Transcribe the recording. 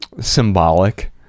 symbolic